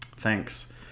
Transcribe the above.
Thanks